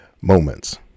moments